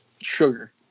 sugar